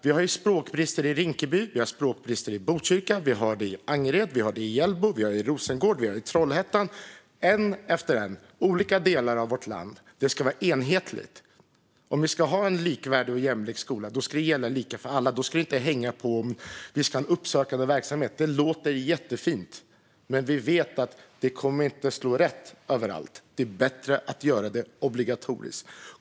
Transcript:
Vi har språkbrister i Rinkeby, i Botkyrka, i Angered, i Hjällbo, i Rosengård, i Trollhättan - en efter en, i olika delar av vårt land. Det ska vara enhetligt. Om vi ska ha en likvärdig och jämlik skola ska det gälla lika för alla. Då ska det inte hänga på att ha uppsökande verksamhet. Det låter jättefint, men vi vet att det inte kommer att slå rätt överallt. Det är bättre att göra det obligatoriskt.